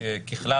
ככלל,